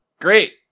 Great